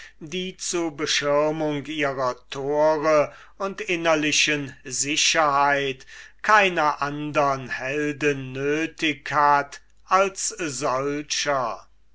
die zu beschirmung ihrer tore und innerlichen sicherheit keiner andern helden nötig hat als solcher